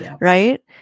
Right